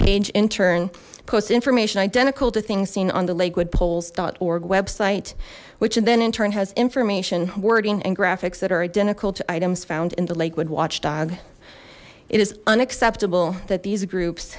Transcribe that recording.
page in turn posts information identical to things seen on the lakewood polls org website which then in turn has information wording and graphics that are identical to items found in the lakewood watchdog it is unacceptable that these groups